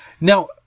Now